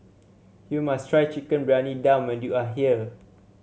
you must try Chicken Briyani Dum when you are here